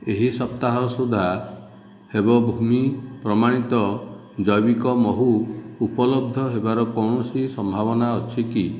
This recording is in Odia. ଏହି ସପ୍ତାହ ସୁଦ୍ଧା ଦେବ ଭୂମି ପ୍ରମାଣିତ ଜୈବିକ ମହୁ ଉପଲବ୍ଧ ହେବାର କୌଣସି ସମ୍ଭାବନା ଅଛି କି